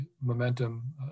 momentum